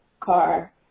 car